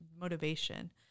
motivation